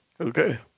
Okay